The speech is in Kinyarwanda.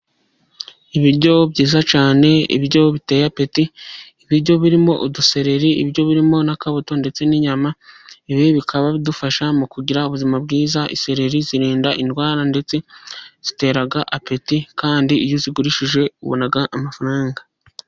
Ibiryo byiza cyane ibiryo biteye apeti, ibiryo birimo udusereri, ibiryo birimo n'akabuto ndetse n'inyama. Ibi bikaba bidufasha mu kugira ubuzima bwiza. Sereri zirinda indwara ndetse zitera apeti, kandi iyo uzigurishije ubona amafaranga.